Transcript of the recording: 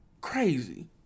Crazy